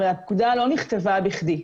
הרי הפקודה לא נכתבה בכדי.